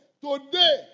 Today